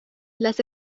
las